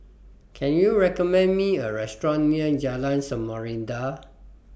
Can YOU recommend Me A Restaurant near Jalan Samarinda